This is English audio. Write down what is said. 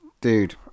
dude